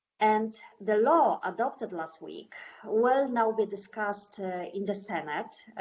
and the law adopted last week will now be discussed in the senate,